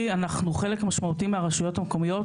אנחנו חלק משמעותי מהרשויות המקומיות,